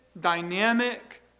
dynamic